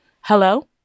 Hello